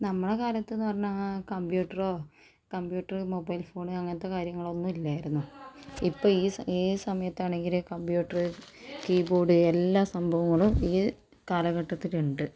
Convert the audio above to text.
നമ്മുടെ കാലത്തെന്ന് പറഞ്ഞാൽ കമ്പ്യൂട്ടറോ കമ്പ്യൂട്ടറ് മൊബൈൽ ഫോണ് അങ്ങനത്തെ കാര്യങ്ങളൊന്നും ഇല്ലായിരുന്നു ഇപ്പം ഈ സമയത്താണെങ്കില് കമ്പ്യൂട്ടറ് കീബോർഡ് എല്ലാ സംഭവങ്ങളും ഈ കാലഘട്ടത്തിലുണ്ട്